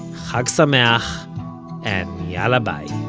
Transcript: chag sameach and yalla bye